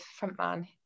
frontman